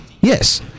Yes